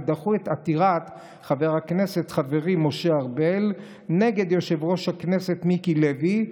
ודחו את עתירת חבר הכנסת חברי משה ארבל נגד יושב-ראש הכנסת מיקי לוי,